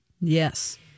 yes